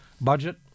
budget